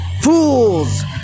Fools